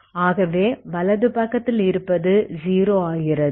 ஆகவே வலது பக்கத்தில் இருப்பது 0 ஆகிறது